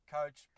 Coach